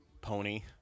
Pony